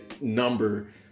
number